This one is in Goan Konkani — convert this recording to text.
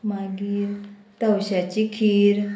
मागीर तवश्याची खीर